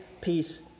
peace